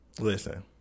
Listen